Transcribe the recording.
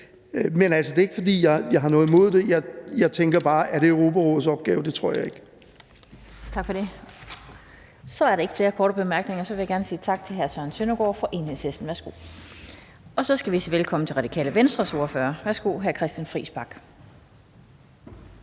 fordi jeg har noget imod det, men jeg tænker bare, at jeg ikke tror, at det er Europarådets opgave. Kl. 18:23 Den fg. formand (Annette Lind): Tak for det. Så er der ikke flere korte bemærkninger, og så vil jeg gerne sige tak til hr. Søren Søndergaard fra Enhedslisten. Og så skal vi sige velkommen til Radikale Venstres ordfører. Værsgo, hr. Christian Friis